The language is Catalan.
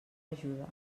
ajuda